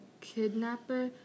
kidnapper